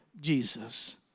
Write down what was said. Jesus